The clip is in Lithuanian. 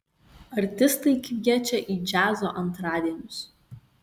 artistai kviečia į džiazo antradienius